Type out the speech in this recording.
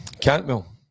Cantwell